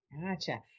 Gotcha